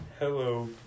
Hello